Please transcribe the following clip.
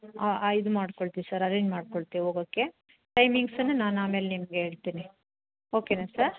ಆ ಆ ಇದು ಮಾಡ್ಕೊಳ್ತೀವಿ ಸರ್ ಆರೇಂಜ್ ಮಾಡ್ಕೊಳ್ತೀವಿ ಹೋಗೊಕ್ಕೆ ಟೈಮಿಂಗ್ಸನ್ನ ನಾನು ಆಮೇಲೆ ನಿಮ್ಗೆ ಹೇಳ್ತಿನಿ ಓಕೆನಾ ಸರ್